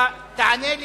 אתה תענה לי: